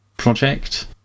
project